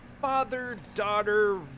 father-daughter